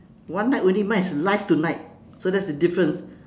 one night only mine is live tonight so that's the difference